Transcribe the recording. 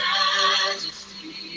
Majesty